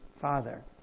father